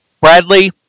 Bradley